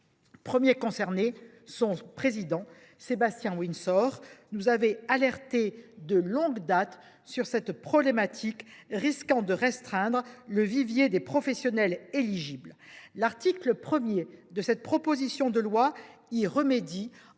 Premier concerné, son président Sébastien Windsor nous avait alertés de longue date sur cette problématique qui risquait de restreindre le vivier des professionnels éligibles. L’article 1 de la présente proposition de loi vise